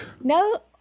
no